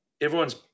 everyone's